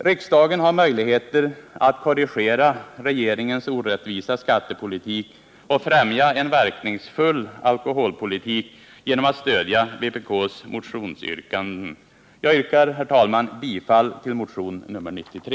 Riksdagen har möjligheter att korrigera regeringens orättvisa skattepolitik och främja en verkningsfull alkoholpolitik genom att stödja vpk:s motionsyrkanden. Jag yrkar, herr talman, bifall till motion nr 93.